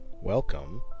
Welcome